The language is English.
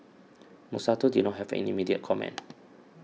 Monsanto did not have an immediate comment